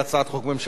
ותוצבע מייד.